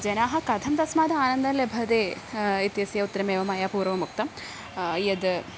जनाः कथं तस्मात् आनन्दं लभते इत्यस्य उत्तरमेव मया पूर्वमुक्तं यत्